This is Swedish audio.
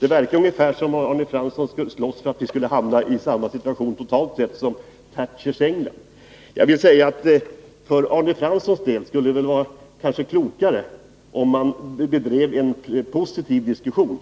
Det verkar nästan som om Arne Fransson skulle slåss för att vi skulle hamna i samma situation totalt sett som i Thatchers England. Jag vill säga att det för Arne Franssons del kanske skulle vara klokare att föra en positiv diskussion.